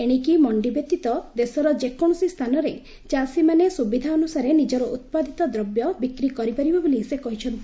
ଏଣିକି ମଣ୍ଡି ବ୍ୟତୀତ ଦେଶର ଯେକୌଣସି ସ୍ଥାନରେ ଚାଷୀମାନେ ସୁବିଧା ଅନୁସାରେ ନିଜର ଉତ୍ପାଦିତ ଦ୍ରବ୍ୟ ବିକ୍ରି କରିପାରିବେ ବୋଲି ସେ କହିଛନ୍ତି